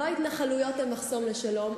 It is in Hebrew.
לא ההתנחלויות הן המחסום לשלום.